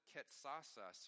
Ketsasa